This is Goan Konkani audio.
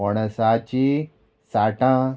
पणसाची साटां